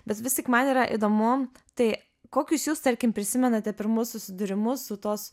bet vis tik man yra įdomu tai kokius jūs tarkim prisimenate pirmus susidūrimus su tos